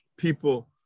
People